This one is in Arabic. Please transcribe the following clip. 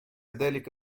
ذلك